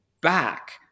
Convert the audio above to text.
back